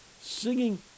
singing